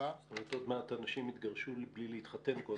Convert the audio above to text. עוד מעט אנשים יתגרשו בלי להתחתן.